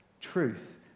truth